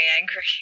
angry